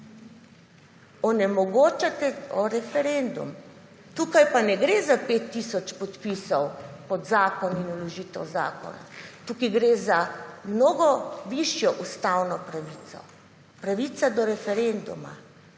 onemogočate referendum. Tukaj pa ne gre za 5 tisoč podpisov pod zakoni in vložitev zakona, tukaj gre za mnogo višjo ustavno pravico, pravica do referenduma.